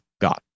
God